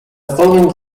following